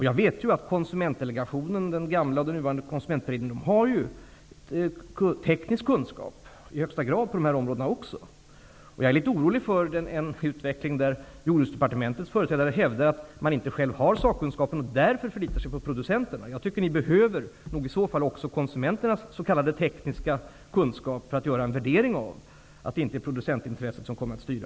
Jag vet att Konsumentdelegationen -- både den gamla och den nuvarande -- ju har teknisk kunskap i högsta grad på dessa områden. Jag är litet orolig för en utveckling, där Jordbruksdepartementets företrädare hävdar att man inte själv har sakkunskap och därför måste förlita sig på producenterna. Jag tycker att ni nog behöver också konsumenternas s.k. tekniska kunskaper för att kunna göra en värdering av att inte producentintresset kommer att styra.